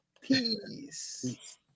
Peace